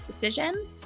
decision